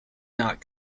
not